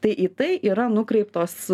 tai į tai yra nukreiptos